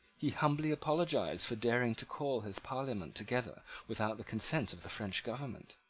he humbly apologised for daring to call his parliament together without the consent of the french government.